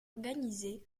organisée